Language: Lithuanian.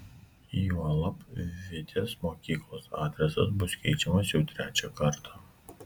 juolab vitės mokyklos adresas bus keičiamas jau trečią kartą